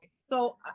So-